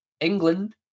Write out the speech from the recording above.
England